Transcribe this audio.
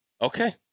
Okay